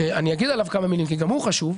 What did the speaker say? שאני אגיד עליו כמה מילים, כי גם הוא חשוב.